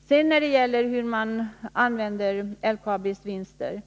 Sedan till frågan om hur man använder LKAB:s vinster.